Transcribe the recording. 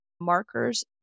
markers